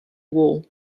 war